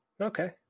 Okay